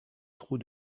trou